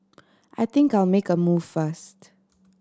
I think I'll make a move first